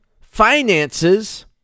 finances